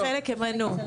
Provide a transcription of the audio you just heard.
על חלק הם ענו.